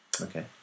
okay